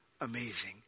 amazing